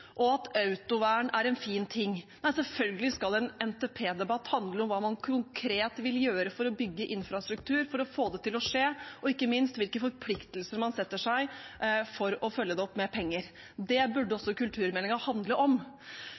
og at autovern er en fin ting. Nei, selvfølgelig skal en NTP-debatt handle om hva man konkret vil gjøre for å bygge infrastruktur, for å få det til å skje, og ikke minst hvilke forpliktelser man setter seg for å følge det opp med penger. Det burde også kulturmeldingen handle om.